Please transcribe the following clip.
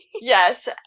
Yes